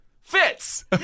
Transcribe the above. Fitz